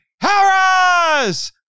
Harris